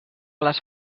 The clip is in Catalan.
les